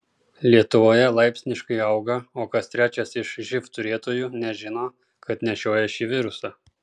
lietuvoje laipsniškai auga o kas trečias iš živ turėtojų nežino kad nešioja šį virusą